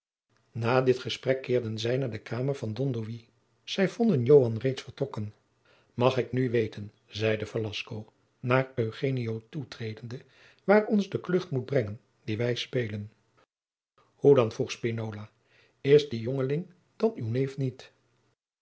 na dit gesprek keerden zij naar de kamer van don louis zij vonden joan reeds vertrokken mag ik nu weten zeide velasco naar eugenio toetredende waar ons de klucht moet brengen die wij spelen hoe dan vroeg spinola is die jongeling dan uw neef niet